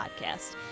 podcast